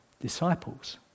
disciples